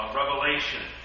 revelation